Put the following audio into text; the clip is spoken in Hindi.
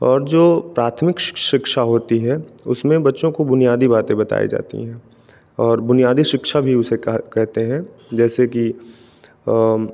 और जो प्राथमिक शिक्ष शिक्षा होती है उसमें बच्चों को बुनियादी बातें बताईं जाती हैं और बुनियादी शिक्षा भी उसे कह कहते हैं जैसे कि